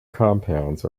compounds